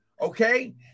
okay